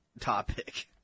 topic